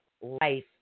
life